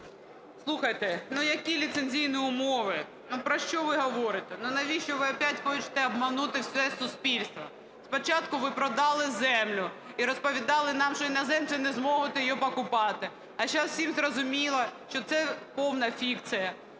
Слухайте, ну, які ліцензійні умови? Ну, про що ви говорите? Ну, навіщо ви опять хочете обманути все суспільство? Спочатку ви продали землю і розповідали нам, що іноземці не зможуть її купувати. А зараз всім зрозуміло, що це повна фікція.